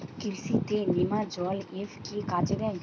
কৃষি তে নেমাজল এফ কি কাজে দেয়?